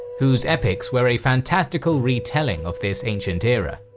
whose epics were a fantastical retelling of this ancient era.